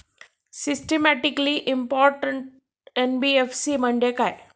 Systematically important NBFC म्हणजे काय?